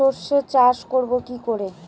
সর্ষে চাষ করব কি করে?